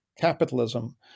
capitalism